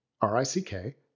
R-I-C-K